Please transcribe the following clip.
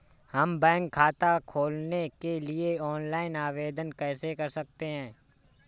हम बैंक खाता खोलने के लिए ऑनलाइन आवेदन कैसे कर सकते हैं?